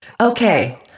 Okay